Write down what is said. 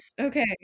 Okay